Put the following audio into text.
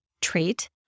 trait